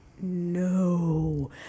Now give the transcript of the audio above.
No